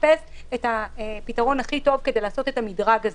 נחפש את הפתרון הכי טוב כדי לעשות את המדרג הזה.